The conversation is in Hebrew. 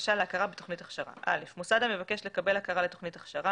בקשה להכרה בתוכנית הכשרה מוסד המבקש לקבל הכרה לתוכנית הכשרה